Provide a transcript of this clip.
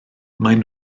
maen